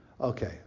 Okay